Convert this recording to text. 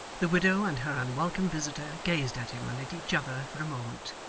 the widow and her unwelcome visitor gazed at him and at each other for a moment,